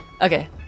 Okay